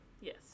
Yes